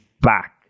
back